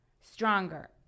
Stronger